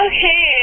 Okay